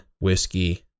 whiskey